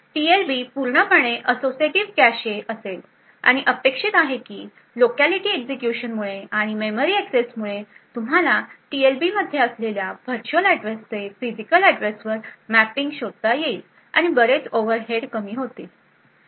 तर टीएलबी पूर्णपणे associative cache असेल आणि अपेक्षित आहे की लोकॅलिटी एक्झिक्युशनमुळे आणि मेमरी एक्सेस मुळे तुम्हाला टीएलबीमध्ये असलेल्या व्हर्च्युअल ऍड्रेसचे फिजिकल ऍड्रेसवर मॅपिंग शोधता येईल आणि बरेच ओव्हरहेड कमी होतील